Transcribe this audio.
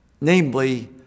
namely